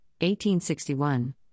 1861